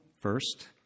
first